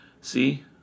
See